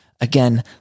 Again